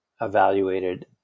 evaluated